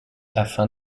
afin